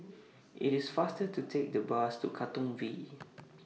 IT IS faster to Take The Bus to Katong V